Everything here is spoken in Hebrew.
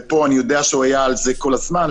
כשפה אני יודע שהוא היה על זה כל הזמן.